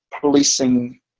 policing